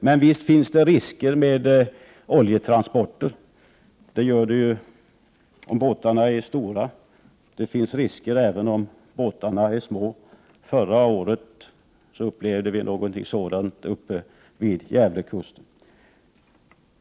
Men visst finns det risker med oljetransporter, oavsett om båtarna är stora eller små. Förra året upplevde vi någonting sådant vid Gävlekusten.